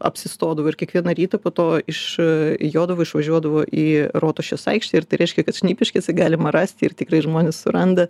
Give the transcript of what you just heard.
apsistodavo ir kiekvieną rytą po to išjodavo išvažiuodavo į rotušės aikštę ir tai reiškia kad šnipiškėse galima rasti ir tikrai žmonės randa